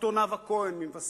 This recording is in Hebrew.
ד"ר נאוה כהן ממבשרת,